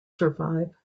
survive